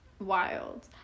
wild